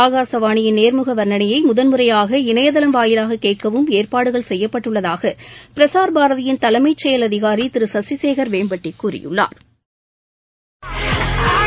ஆகாஷவாணியின் நேர்முக வா்ணனையை முதன் முறையாக இணையதளம் வாயிலாக கேட்கவும் ஏற்பாடுகள் செய்யப்பட்டுள்ளதாக பிரஸாா் பாரதியின் தலைமை செயல் அதிகாரி திரு சசிசேன் வேம்பட்டி கூறியுள்ளாா்